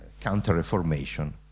counter-reformation